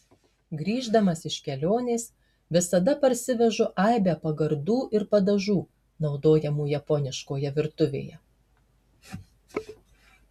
grįždamas iš kelionės visada parsivežu aibę pagardų ir padažų naudojamų japoniškoje virtuvėje